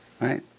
right